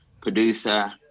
producer